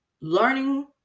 learning